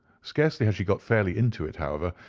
scarcely had she got fairly into it, however,